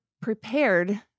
prepared